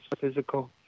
physical